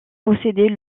possédait